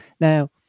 Now